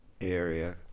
area